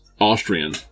Austrian